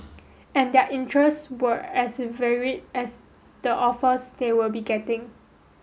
and their interests were as varied as the offers they will be getting